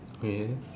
okay